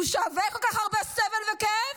הוא שווה כל כך הרבה סבל וכאב?